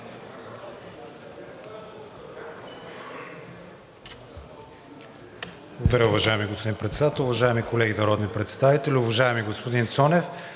Благодаря, уважаеми господин Председател. Уважаеми колеги народни представители! Уважаеми господин Цонев,